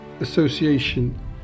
association